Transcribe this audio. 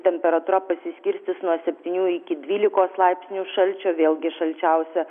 temperatūra pasiskirstys nuo septynių iki dvylikos laipsnių šalčio vėlgi šalčiausia